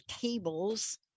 tables